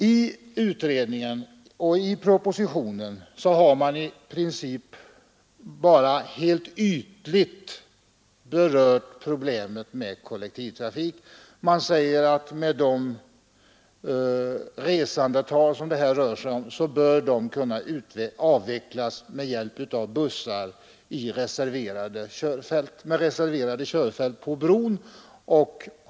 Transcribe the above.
I utredningen och i propositionen har man bara helt ytligt berört problemet med kollektivtrafik. Man säger att det antal resande som det här rör sig om bör kunna avvecklas med hjälp av bussar i reserverade körfält på bron.